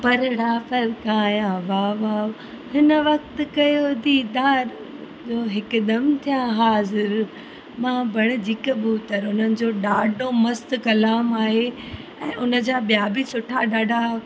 हुननि जो ॾाढो मस्तु कलाम आहे ऐं उन जा ॿिया बि सुठा ॾाढा